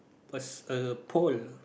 a a pole